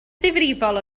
ddifrifol